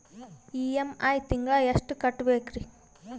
EMI ತಿಂಗಳ ಎಷ್ಟು ಕಟ್ಬಕ್ರೀ?